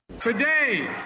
Today